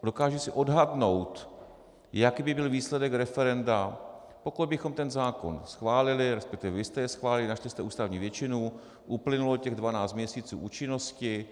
Dokážu si odhadnout, jaký by byl výsledek referenda, pokud bychom ten zákon schválili, respektive vy jste jej schválili, našli jste ústavní většinu, uplynulo těch dvanáct měsíců účinnosti.